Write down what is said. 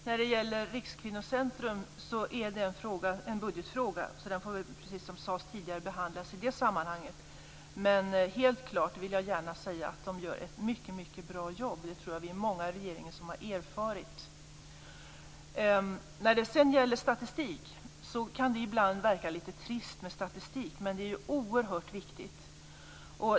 Herr talman! Rikskvinnocentrum är en budgetfråga. Den får vi, precis som det sades tidigare, behandla i det sammanhanget. Men helt klart, det vill jag gärna säga, gör det ett mycket bra jobb. Det tror jag att vi är många i regeringen som har erfarit. Statistik kan ibland verka lite trist, men det är oerhört viktigt.